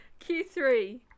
Q3